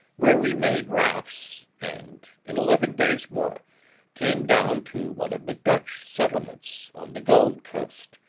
where we made rafts and in eleven days more came down to one of the dutch settlements on the gold coast,